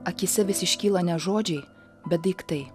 akyse vis iškyla ne žodžiai bet daiktai